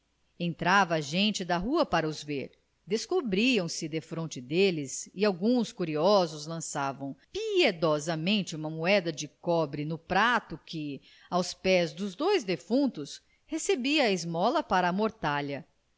entrava gente da rua para os ver descobriam se defronte deles e alguns curiosos lançavam piedosamente uma moeda de cobre no prato que aos pés dos dois defuntos recebia a esmola para a mortalha